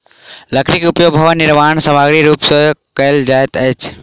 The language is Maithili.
लकड़ीक उपयोग भवन निर्माण सामग्रीक रूप मे सेहो कयल जाइत अछि